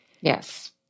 Yes